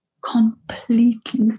completely